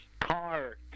Car